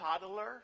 toddler